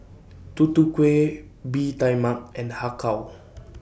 Tutu Kueh Bee Tai Mak and Har Kow